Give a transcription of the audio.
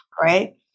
Right